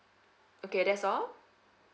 okay that's all